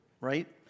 right